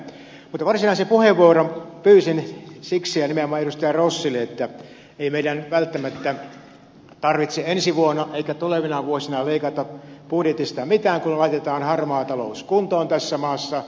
mutta varsinaisen puheenvuoron pyysin siksi ja nimenomaan edustaja rossiin viitaten että ei meidän välttämättä tarvitse ensi vuonna eikä tulevina vuosina leikata budjetista mitään kunhan laitetaan harmaa talous kuntoon tässä maassa